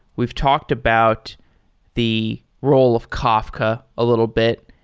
we've talked about the role of kafka a little bit,